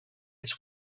its